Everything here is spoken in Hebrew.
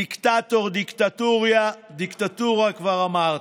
דיקטטור, דיקטטורה, כבר אמרתי.